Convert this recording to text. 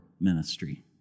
ministry